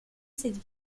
cette